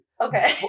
Okay